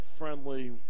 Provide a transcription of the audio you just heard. Friendly